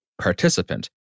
participant